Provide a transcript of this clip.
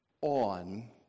on